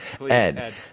Ed